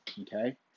okay